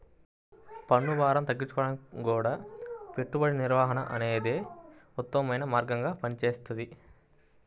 పన్నుభారం తగ్గించుకోడానికి గూడా పెట్టుబడి నిర్వహణ అనేదే ఉత్తమమైన మార్గంగా పనిచేస్తది